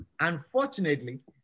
Unfortunately